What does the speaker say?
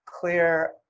clear